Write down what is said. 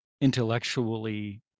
intellectually